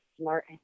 smart